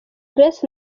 grace